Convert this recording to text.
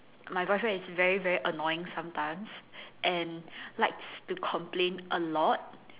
my boyfriend is very very annoying sometimes and likes to complain a lot